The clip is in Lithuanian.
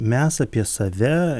mes apie save